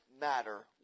matter